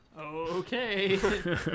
Okay